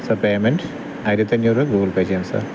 sir payment ആയിരത്തി അഞ്ഞൂറ് Google pay ചെയ്യാം സാര്